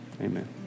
amen